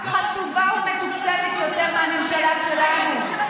חשובה ומתוקצבת יותר מהממשלה שלנו.